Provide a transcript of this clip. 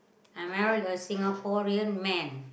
I married a Singaporean man